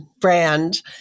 brand